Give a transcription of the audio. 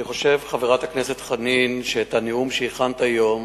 אני חושב, חברת הכנסת חנין, שהנאום שהכנת היום,